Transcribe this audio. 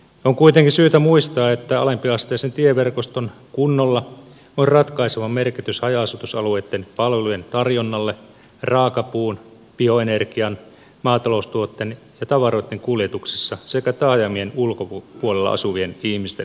on kuitenkin syytä muistaa että alempiasteisen tieverkoston kunnolla on ratkaiseva merkitys haja asutusalueitten palvelujen tarjonnalle raakapuun bioenergian maataloustuotteiden ja tavaroitten kuljetuksessa sekä taajamien ulkopuolella asuvien ihmisten arkiliikkumiselle